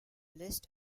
list